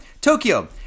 Tokyo